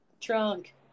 Trunk